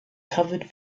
covered